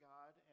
God